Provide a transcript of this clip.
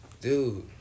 Dude